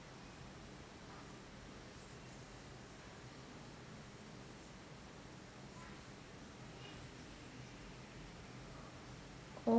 oh